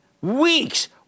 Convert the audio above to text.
weeks